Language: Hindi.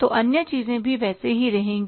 तो अन्य चीजें भी वैसी ही रहेंगी